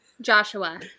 Joshua